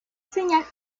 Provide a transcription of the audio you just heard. señal